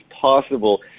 possible